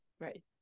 Right